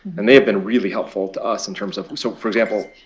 and they have been really helpful to us in terms of so for example